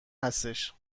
هستش